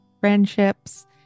friendships